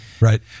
Right